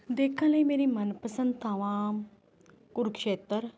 ਦੇਖਣ ਲਈ ਮੇਰੀ ਮਨਪਸੰਦ ਥਾਵਾਂ ਕੁਰੂਕਸ਼ੇਤਰ